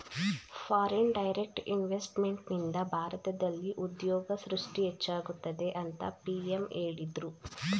foreign direct ಇನ್ವೆಸ್ತ್ಮೆಂಟ್ನಿಂದ ಭಾರತದಲ್ಲಿ ಉದ್ಯೋಗ ಸೃಷ್ಟಿ ಹೆಚ್ಚಾಗುತ್ತದೆ ಅಂತ ಪಿ.ಎಂ ಹೇಳಿದ್ರು